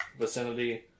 vicinity